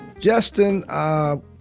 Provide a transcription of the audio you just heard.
Justin